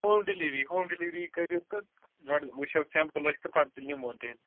home delivery home delivery کٔرِو تہٕ گۄڈٕ وُچھو سیمپُل أسۍ تہٕ پَتہٕ نِمو تیٚلہِ